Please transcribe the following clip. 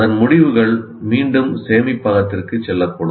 அதன் முடிவுகள் மீண்டும் சேமிப்பகத்திற்குச் செல்லக்கூடும்